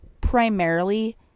primarily